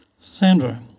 Sandra